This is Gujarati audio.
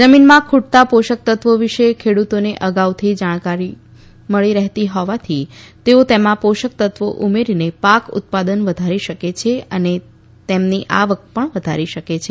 જમીનમાં ખુટતા પોષકતત્વો વિશે ખેડુતોને અગાઉથી જાણકારી મળી રહેતી હોવાથી તેઓ તેમાં પોષકતત્વો ઉમેરીને પાક ઉત્પાદન વધારી શકે છે અને તેમની આવક પણ વધારી શકે છે